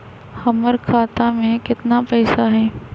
हमर खाता में केतना पैसा हई?